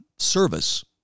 service